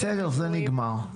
בסדר, זה נגמר.